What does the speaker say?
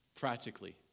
practically